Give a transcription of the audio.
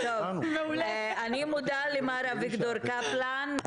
--- אני מודה למר אביגדור קפלן.